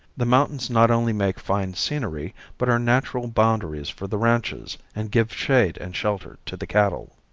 the mountains not only make fine scenery, but are natural boundaries for the ranches and give shade and shelter to the cattle.